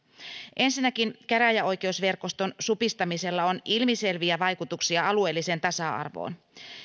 ensinnäkin käräjäoikeusverkoston supistamisella on ilmiselviä vaikutuksia alueelliseen tasa arvoon